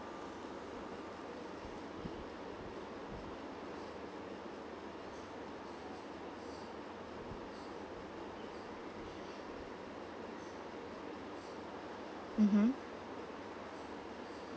mm hmm